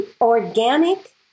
organic